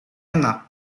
enak